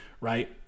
right